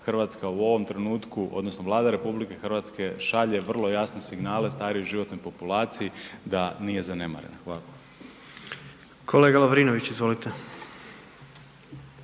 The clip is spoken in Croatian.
što RH u ovom trenutku odnosno Vlada RH šalje vrlo jasne signale starijoj životnoj populaciji da nije zanemarena. Hvala. **Jandroković, Gordan